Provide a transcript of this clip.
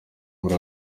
muri